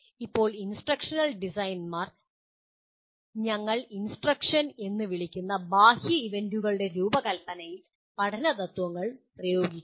ഇപ്പോൾ ഇൻസ്ട്രക്ഷണൽ ഡിസൈനർമാർ ഞങ്ങൾ ഇൻസ്ട്രക്ഷൻ എന്ന് വിളിക്കുന്ന ബാഹ്യഈവൻ്റുകളുടെ രൂപകൽപ്പനയിൽ പഠന തത്ത്വങ്ങൾ പ്രയോഗിക്കുന്നു